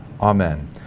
Amen